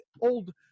old